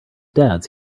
dad’s